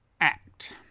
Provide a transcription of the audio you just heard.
Act